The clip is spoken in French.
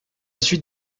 suite